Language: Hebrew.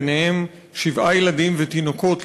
ביניהם שבעה ילדים ותינוקות,